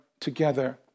together